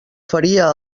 faria